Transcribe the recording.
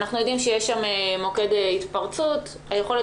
אנחנו יודעים שיש שם מוקד התפרצות מה היכולת